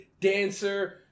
dancer